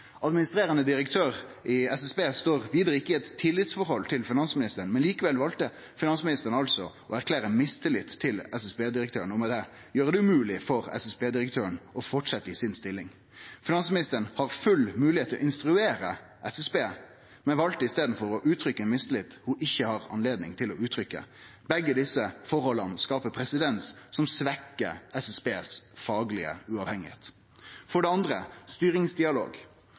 Administrerande direktør i SSB står vidare ikkje i eit tillitsforhold til finansministeren, men likevel valde finansministeren altså å erklære mistillit til SSB-direktøren og med det gjere det umogleg for SSB-direktøren å fortsetje i stillinga si. Finansministeren har full moglegheit til å instruere SSB, men valde i staden for å uttrykkje ein mistillit ho ikkje har anledning til å uttrykkje. Begge desse forholda skaper presedens som svekkjer det faglege sjølvstendet til SSB. Det andre er styringsdialog.